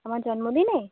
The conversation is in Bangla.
আমার জন্মদিনে